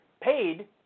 paid